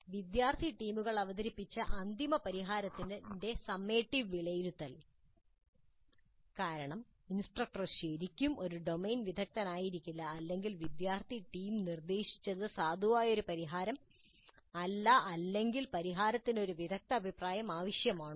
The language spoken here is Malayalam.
വിദ്യാർത്ഥി ടീമുകൾ അവതരിപ്പിച്ച അന്തിമ പരിഹാരത്തിന്റെ സമ്മേറ്റിവ് വിലയിരുത്തൽ കാരണം ഇൻസ്ട്രക്ടർ ശരിക്കും ഒരു ഡൊമെയ്ൻ വിദഗ്ദ്ധനായിരിക്കില്ല അല്ലെങ്കിൽ വിദ്യാർത്ഥി ടീം നിർദ്ദേശിച്ചത് സാധുവായ പരിഹാരം അല്ല അല്ലെങ്കിൽ പരിഹാരത്തിന് ഒരു വിദഗ്ദ്ധ അഭിപ്രായം ആവശ്യമാണോ